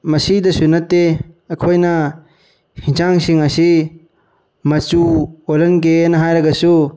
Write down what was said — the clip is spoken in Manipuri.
ꯃꯁꯤꯗꯁꯨ ꯅꯠꯇꯦ ꯑꯩꯈꯣꯏꯅ ꯑꯦꯟꯖꯥꯡꯁꯤꯡ ꯑꯁꯤ ꯃꯆꯨ ꯑꯣꯜꯍꯟꯒꯦꯅ ꯍꯥꯏꯔꯒꯁꯨ